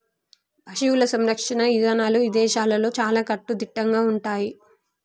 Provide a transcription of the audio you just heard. పశువుల సంరక్షణ ఇదానాలు ఇదేశాల్లో చాలా కట్టుదిట్టంగా ఉంటయ్యి